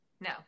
no